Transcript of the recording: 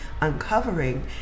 uncovering